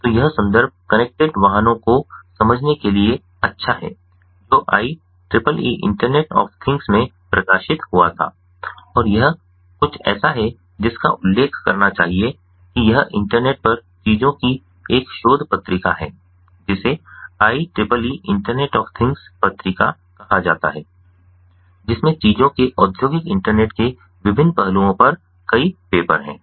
तो यह संदर्भ कनेक्टेड वाहनों को समझने के लिए अच्छा है जो IEEE इंटरनेट ऑफ थिंग्स में प्रकाशित हुआ था और यह कुछ ऐसा है जिसका उल्लेख करना चाहिए कि यह इंटरनेट पर चीजों की एक शोध पत्रिका है जिसे IEEE इंटरनेट ऑफ थिंग्स पत्रिका कहा जाता है जिसमें चीजों के औद्योगिक इंटरनेट के विभिन्न पहलुओं पर कई पेपर हैं